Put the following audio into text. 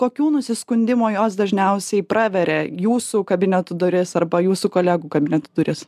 kokių nusiskundimo jos dažniausiai praveria jūsų kabineto duris arba jūsų kolegų kabinetų duris